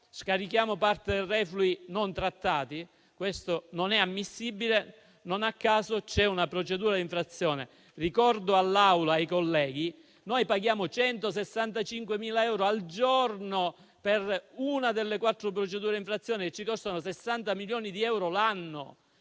scarichiamo parti di reflui non trattati? Questo non è ammissibile e, non a caso, è in corso una procedura di infrazione. Ricordo all'Assemblea e ai colleghi, che noi paghiamo 165.000 euro al giorno per una delle quattro procedure di infrazione, che ci costano 60 milioni di euro l'anno.